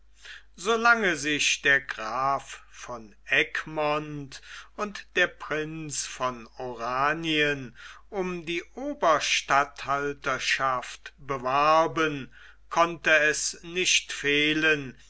lange sich der graf von egmont und der prinz von oranien um die oberstatthalterschaft bewarben konnte es nicht fehlen